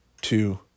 two